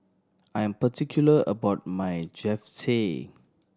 I am particular about my Japchae